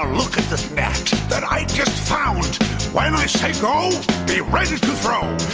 look at this net that i just found when i say go be ready to throw